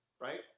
right